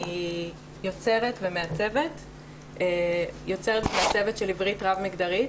אני יוצרת ומעצבת של עברית רב-מגדרית.